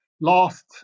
last